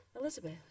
Elizabeth